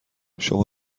شما